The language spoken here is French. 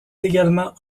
également